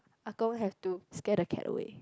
ah gong have to scare the cat away